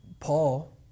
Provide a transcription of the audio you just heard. Paul